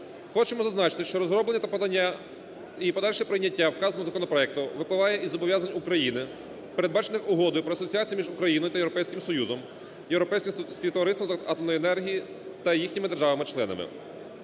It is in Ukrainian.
Хочемо зазначити, що розроблення та подання і подальше прийняття вказаного законопроекту випливає із зобов'язань України, передбачених Угодою про асоціацією між Україною та Європейським Союзом, Європейським співтовариством атомної енергії та їхніми державами-членами.